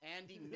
Andy